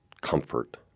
comfort